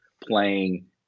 playing